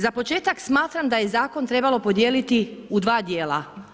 Za početak smatram da je zakon trebalo podijeliti u 2 dijela.